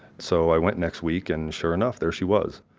so i went next week and, sure enough, there she was